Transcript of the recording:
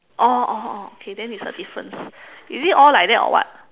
oh oh oh okay then it's a difference is it all like that or what